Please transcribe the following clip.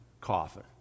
coffin